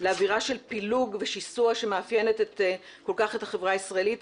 לאווירה של פילוג ושיסוע שמאפיינת כל כך את החברה הישראלית,